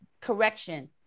correction